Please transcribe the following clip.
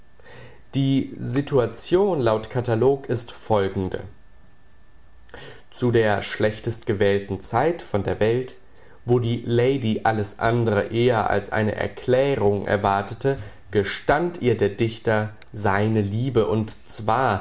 die situation laut katalog ist folgende zu der schlechtestgewählten zeit von der welt wo die lady alles andere eher als eine erklärung erwartete gestand ihr der dichter seine liebe und zwar